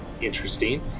interesting